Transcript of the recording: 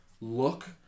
look